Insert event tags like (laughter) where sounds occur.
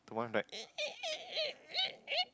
the one that (noise)